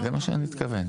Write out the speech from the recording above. זה מה שאני מתכוון.